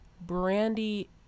Brandy